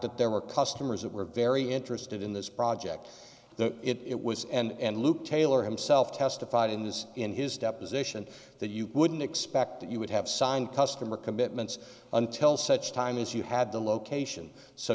that there were customers that were very interested in this project the it was and luke taylor himself testified in this in his deposition that you wouldn't expect that you would have signed customer commitments until such time as you had the location so